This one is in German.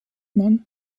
man